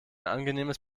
angenehmes